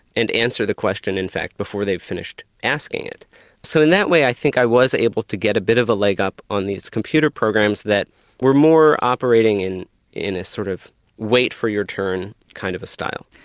and answer the question in fact before they finished asking. so in that way i think i was able to get a bit of a leg-up on these computer programs that were more operating in in a sort of wait for your turn kind of a style.